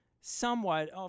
somewhat